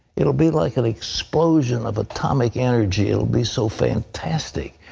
it will be like an explosion of atomic energy, it will be so fantastic.